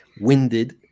winded